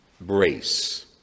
brace